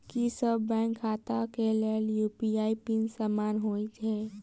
की सभ बैंक खाता केँ लेल यु.पी.आई पिन समान होइ है?